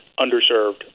underserved